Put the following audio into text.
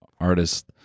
artist